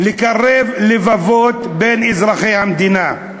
זה לקרב לבבות בין אזרחי המדינה.